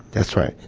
that's right.